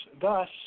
Thus